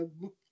look